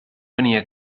venia